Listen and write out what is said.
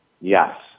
Yes